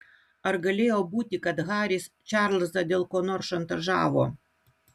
ar galėjo būti kad haris čarlzą dėl ko nors šantažavo